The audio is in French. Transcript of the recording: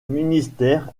ministère